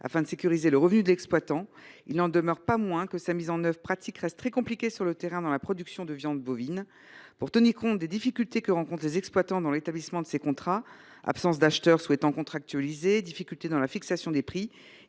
afin de sécuriser le revenu de l’exploitant, il n’en demeure pas moins que sa mise en œuvre reste très compliquée sur le terrain pour la production de viande bovine. Pour tenir compte des difficultés que rencontrent les exploitants dans l’établissement de ces contrats, que ce soit pour la fixation des prix